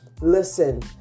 listen